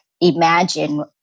imagine